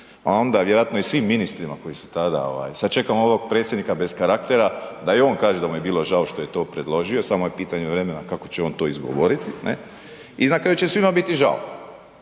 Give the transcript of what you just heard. onda vjerojatno i svi ministrima koji su tada, sad čekamo ovog predsjednika bez karaktera da i on kaže da mu je bilo žao što je to predložio, samo je pitanje vremena kako će on to izgovoriti, ne, i na kraju će svima biti žao